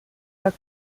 her